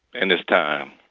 in this time